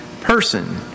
person